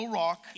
rock